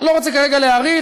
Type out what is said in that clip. אני לא רוצה כרגע להאריך,